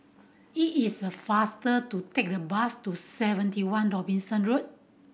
it is faster to take the bus to Seventy One Robinson Road